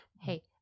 Hey